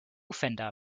fender